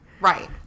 right